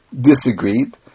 disagreed